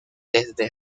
desde